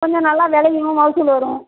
கொஞ்சம் நல்லா விளையும் மகசூல் வரும்